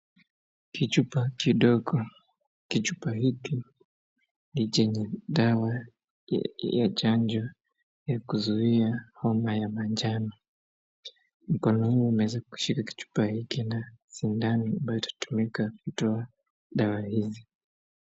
Kichupa kidogo. Kichupa hiki ni chenye dawa ya chanjo ya kuzuia homa ya manjano. Mkono hii imeweza kushika kichupa hiki na sindano ambayo itatumika kutoa dawa hizi.